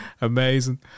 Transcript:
amazing